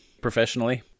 professionally